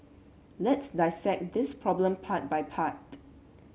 let's dissect this problem part by part